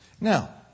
Now